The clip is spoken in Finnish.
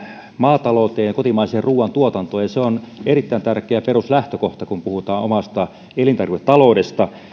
maatalouteen ja kotimaiseen ruuantuotantoon ja se on erittäin tärkeä peruslähtökohta kun puhutaan omasta elintarviketaloudesta